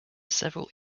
several